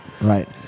right